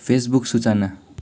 Facebook सूचना